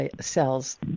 cells